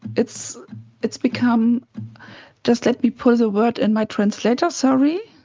it's it's become just let me put the word in my translator sorry.